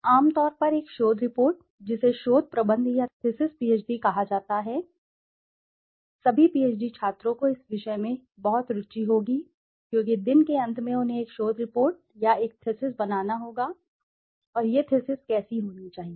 आम तौर पर एक शोध रिपोर्ट जिसे शोध प्रबंध या थीसिस थीसिस पीएचडी कहा जाता है सभी पीएचडी छात्रों को इस विषय में बहुत रुचि होगी क्योंकि दिन के अंत में उन्हें एक शोध रिपोर्ट या एक थीसिस बनाना होगा और यह थीसिस कैसे होनी चाहिए